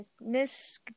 Miss